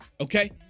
Okay